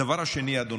הדבר השני, אדוני.